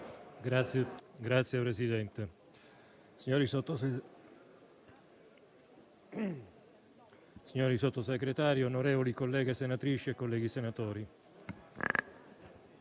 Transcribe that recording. Signor Presidente, signori Sottosegretari, onorevoli colleghe senatrici e colleghi senatori,